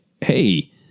Hey